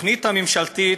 התוכנית הממשלתית